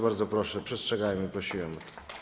Bardzo proszę, przestrzegajmy, prosiłem o to.